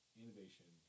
innovation